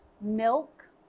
Milk